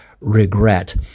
regret